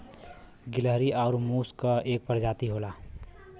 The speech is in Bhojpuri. गिलहरी आउर मुस क एक परजाती होला